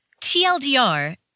TLDR